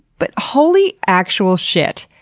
but holy actual shit.